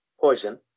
Poison